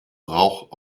rauch